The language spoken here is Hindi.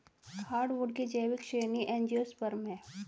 हार्डवुड की जैविक श्रेणी एंजियोस्पर्म है